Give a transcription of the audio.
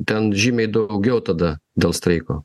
ten žymiai daugiau tada dėl streiko